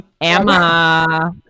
Emma